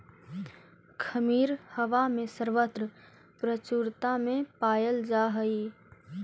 खमीर हवा में सर्वत्र प्रचुरता में पायल जा हई